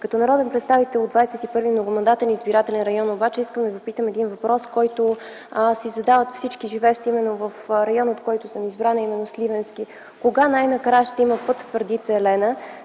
Като народен представител от 21.Многомандатен избирателен район обаче искам да Ви питам един въпрос, който си задават всички живеещи именно в района, в който съм избрана, именно Сливенски: кога най-накрая ще има път Твърдица – Елена?